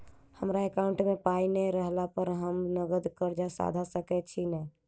हमरा एकाउंट मे पाई नै रहला पर हम नगद कर्जा सधा सकैत छी नै?